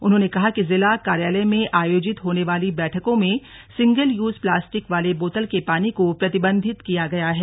उन्होंने कहा कि जिला कार्यालय में आयोजित होने वाली बैठकों में सिंगल यूज प्लास्टिक वाले बोतल के पानी को प्रतिबंधित किया गया है